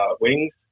wings